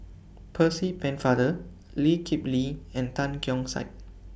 Percy Pennefather Lee Kip Lee and Tan Keong Saik